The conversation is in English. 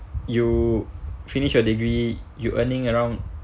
you finish your degree you earning around